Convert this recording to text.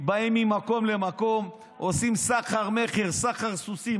באים ממקום למקום, עושים סחר-מכר, סחר סוסים.